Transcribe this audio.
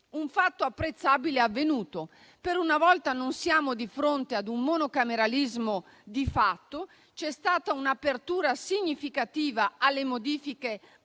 un fatto apprezzabile è avvenuto: per una volta, non siamo di fronte ad un monocameralismo di fatto. C'è stata un'apertura significativa alle modifiche parlamentari